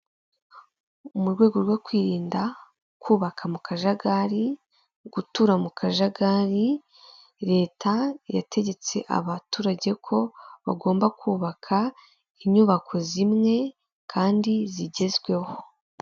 Mu rwego rwo kwirinda kubaka mu kajagari, gutura mu kajagari, leta yategetse abaturage ko bagomba kubaka inyubako zimwe kandi zigezweho.